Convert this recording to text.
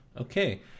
Okay